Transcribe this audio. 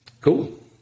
Cool